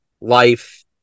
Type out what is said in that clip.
life